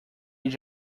age